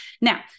Now